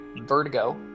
Vertigo